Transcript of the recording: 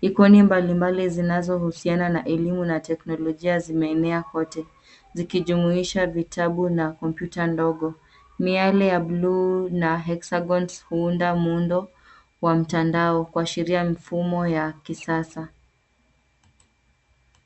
Ikoni mbalimbali zinazohusiana na elimu na teknolojia zimeenea kwote zikijumuisha vitabu na kompyuta ndogo. Miale ya buluu na hexagons huunda muundo wa mtandao kuashiria mfumo ya kisasa.